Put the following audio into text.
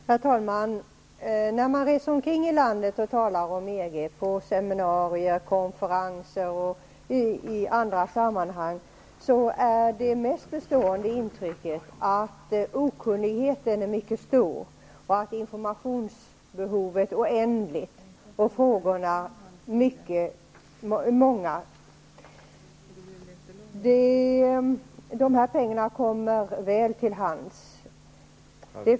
Herr talman! När man reser omkring i landet och talar om EG på seminarier, konferenser och i andra sammanhang är det mest bestående intrycket att okunnigheten är mycket stor, att informationsbehovet är oändligt och att frågorna är många. De här pengarna kommer väl till pass.